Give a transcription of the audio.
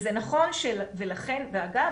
אגב,